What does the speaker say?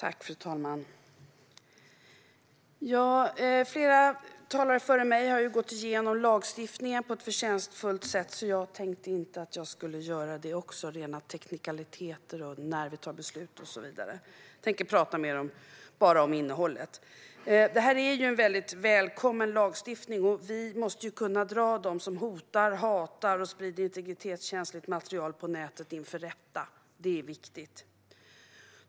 Fru talman! Flera talare före mig har gått igenom lagstiftningen på ett förtjänstfullt sätt, så jag tänkte inte gå igenom rena teknikaliteter, när vi tar beslut och så vidare. Jag ska i stället tala om innehållet. Denna lagstiftning är mycket välkommen. Vi måste kunna dra dem som hotar, hatar och sprider integritetskänsligt material på nätet inför rätta. Det är viktigt.